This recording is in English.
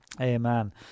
Amen